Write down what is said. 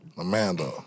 Amanda